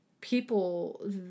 people